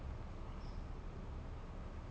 his mother's human and his father's something else